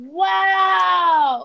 wow